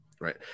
right